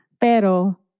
Pero